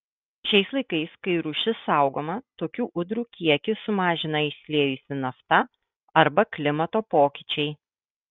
šiais laikais kai rūšis saugoma tokių ūdrų kiekį sumažina išsiliejusi nafta arba klimato pokyčiai